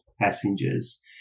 passengers